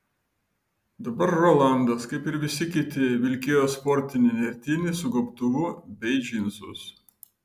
dabar rolandas kaip ir visi kiti vilkėjo sportinį nertinį su gobtuvu bei džinsus